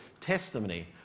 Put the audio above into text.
testimony